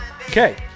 Okay